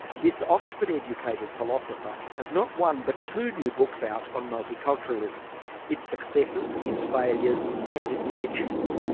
this oxford-educated philosopher has not one but two new books out on multiculturalism its successes, its failures and its tensions.